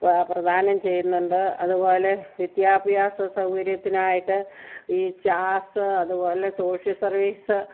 വ പ്രധാനം ചെയ്യുന്നുണ്ട് അതുപോലെ വിദ്യാഭ്യാസ സൗകര്യത്തിനായിട്ട് ഈ ചാസ് അതുപോലെ സോഷ്യൽ സർവീസ്